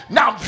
Now